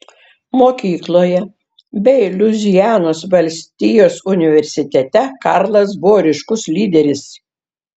mokykloje bei luizianos valstijos universitete karlas buvo ryškus lyderis